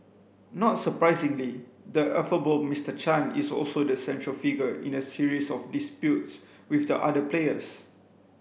not surprisingly the affable Mister Chan is also the central figure in a series of disputes with the other players